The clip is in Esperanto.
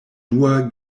dua